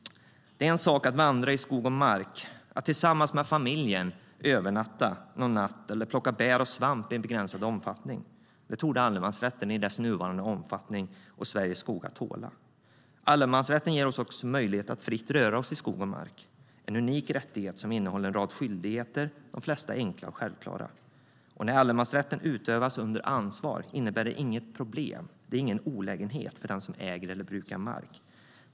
Det är en sak att vandra i skog och mark, att tillsammans med familjen övernatta någon natt eller plocka bär och svamp i en begränsad omfattning. Det torde allemansrätten i dess nuvarande omfattning och Sveriges skogar tåla. Allemansrätten ger oss också möjlighet att fritt röra oss i skog och mark. Det är en unik rättighet som innehåller en rad skyldigheter, de flesta enkla och självklara. När allemansrätten utövas under ansvar innebär den inte något problem eller någon olägenhet för den som äger eller brukar mark.